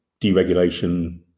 deregulation